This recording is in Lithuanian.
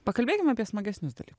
pakalbėkim apie smagesnius daly